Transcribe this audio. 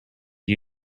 you